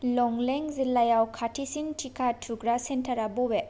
लंलें जिल्लायाव खाथिसिन टिका थुग्रा सेन्टारा बबे